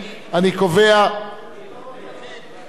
חבר הכנסת הרצוג מודיע לי שהוא הצביע נגד,